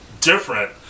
different